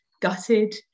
gutted